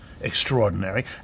extraordinary